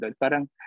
Parang